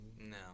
No